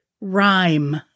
rhyme